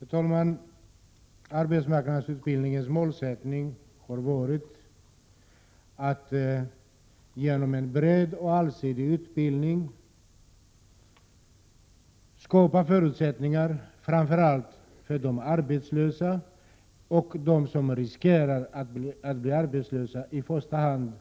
Herr talman! Arbetsmarknadsutbildningens mål har varit att genom en bred och allsidig utbildning skapa förutsättningar för framför allt de arbetslösa och dem som riskerar att bli arbetslösa att i första hand